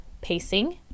pacing